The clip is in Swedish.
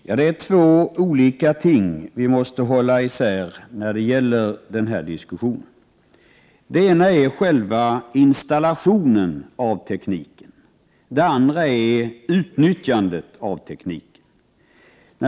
Prot. 1988/89:97 Herr talman! Det är två olika ting som vi måste hålla isär i denna 14 april 1989 diskussion. Det ena är själva installationen av tekniken, och det andra är - Om skyldigheten för utnyttjandet av tekniken.